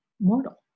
mortal